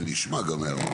ונשמע גם הערות.